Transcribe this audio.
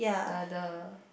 the the